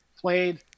played